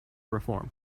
reform